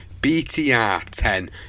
BTR10